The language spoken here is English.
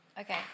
Okay